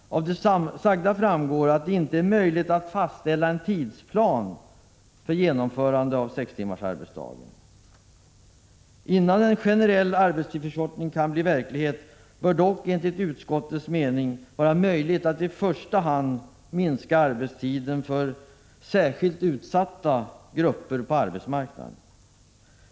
Av det sagda framgår att det inte nu är möjligt att fastställa en tidsplan för genomförandet av sextimmarsarbetsdagen. Innan en generell arbetstidsförkortning kan bli verklighet, bör det dock enligt utskottets mening vara möjligt att i första hand minska arbetstiden för särskilt utsatta grupper på arbetsmarknaden.